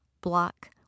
block